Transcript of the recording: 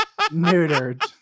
neutered